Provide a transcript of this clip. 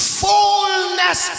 fullness